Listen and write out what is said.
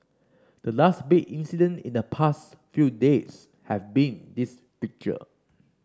the last big incident in the past few days have been this picture